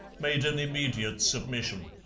made an immediate submission.